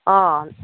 ꯑꯥ